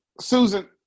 Susan